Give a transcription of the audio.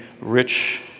rich